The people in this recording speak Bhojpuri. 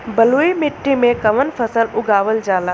बलुई मिट्टी में कवन फसल उगावल जाला?